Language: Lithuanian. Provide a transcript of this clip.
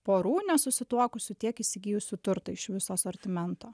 porų nesusituokusių tiek įsigijusių turto iš viso asortimento